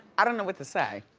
i don't know what to say.